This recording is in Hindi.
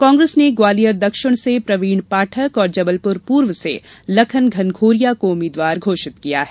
कांग्रेस ने ग्वालियर दक्षिण से प्रवीण पाठक और जबलप्र पूर्व से लखन घनघोरिया को उम्मीद्वार घोषित किया है